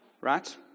Right